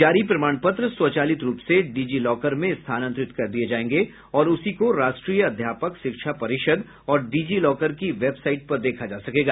जारी प्रमाण पत्र स्वचालित रूप से डिजीलॉकर में स्थानांतरित कर दिए जाएंगे और उसी को राष्ट्रीय अध्यापक शिक्षा परिषद और डिजीलॉकर की वेबसाइट पर देखा जा सकेगा